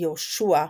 יהושע,